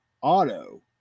auto